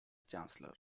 chancellor